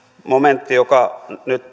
momentti joka nyt